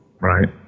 Right